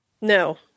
No